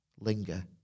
linger